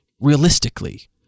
realistically